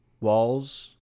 walls